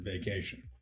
vacation